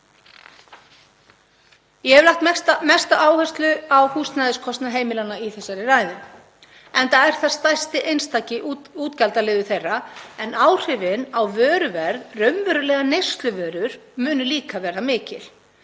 Ég hef lagt mesta áherslu á húsnæðiskostnað heimilanna í þessari ræðu, enda er hann stærsti einstaki útgjaldaliður þeirra. Áhrifin á vöruverð og raunverulegar neysluvörur munu líka verða mikil,